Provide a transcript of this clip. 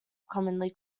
commonly